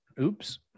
oops